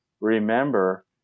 remember